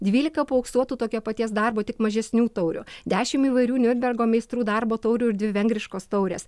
dvylika paauksuotų tokio paties darbo tik mažesnių taurių dešim įvairių niurnbergo meistrų darbo taurių ir dvi vengriškos taurės